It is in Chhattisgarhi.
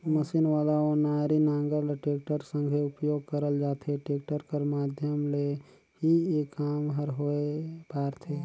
मसीन वाला ओनारी नांगर ल टेक्टर संघे उपियोग करल जाथे, टेक्टर कर माध्यम ले ही ए काम हर होए पारथे